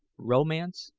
romance,